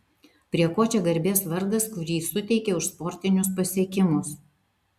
prie ko čia garbės vardas kurį suteikė už sportinius pasiekimus